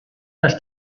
dass